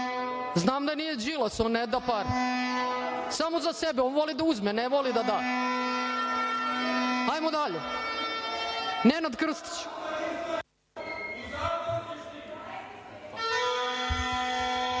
Znam da nije Đilas, on ne da pare. Samo za sebe. On voli da uzme, ne voli da da. Ajmo dalje. Nenad Krstić,